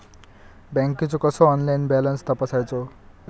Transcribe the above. बँकेचो कसो online balance तपासायचो?